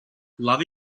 love